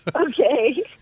okay